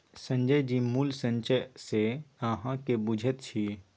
संजय जी मूल्य संचय सँ अहाँ की बुझैत छी?